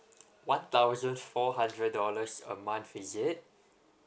one thousand four hundred dollars a month is it